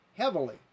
Heavily